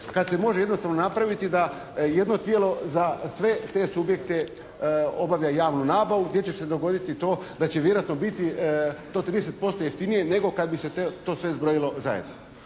kada se može jednostavno napraviti da jedno tijelo za sve te subjekte obavlja javnu nabavu gdje će se dogoditi to da će vjerojatno biti to 30% jeftinije nego kada bi se to sve zbrojilo zajedno.